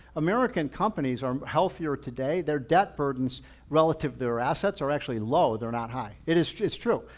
american companies are healthier today. their debt burdens relative, their assets are actually low, they're not high. it's it's true.